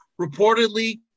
Reportedly